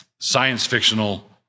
science-fictional